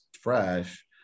fresh